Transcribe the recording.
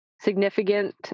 significant